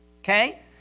Okay